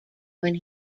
when